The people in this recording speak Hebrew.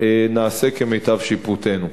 נעשה כמיטב שיפוטנו.